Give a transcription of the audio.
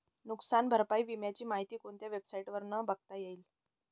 नुकसान भरपाई विम्याची माहिती कोणत्या वेबसाईटवर बघता येईल?